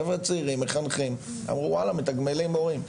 חבר'ה צעירים, מחנכים, אמרו ואללה, מתגמלים מורים.